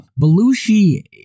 Belushi